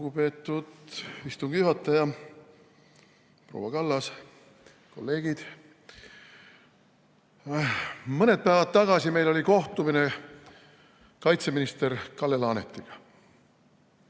Lugupeetud istungi juhataja! Proua Kallas! Kolleegid! Mõned päevad tagasi meil oli kohtumine kaitseminister Kalle Laanetiga.